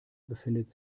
befindet